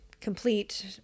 complete